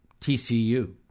TCU